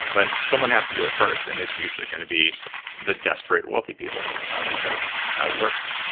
but someone has to do it first, and it's usually going to be the desperate wealthy people because that's how it works.